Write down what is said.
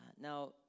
Now